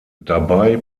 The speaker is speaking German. dabei